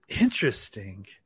Interesting